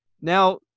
now